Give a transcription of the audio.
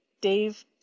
Dave